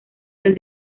del